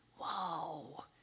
Wow